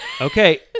Okay